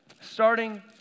starting